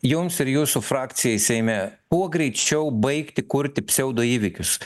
jums ir jūsų frakcijai seime kuo greičiau baigti kurti pseudoįvykius